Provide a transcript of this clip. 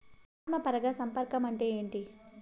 ఆత్మ పరాగ సంపర్కం అంటే ఏంటి?